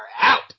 out